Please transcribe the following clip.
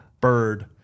bird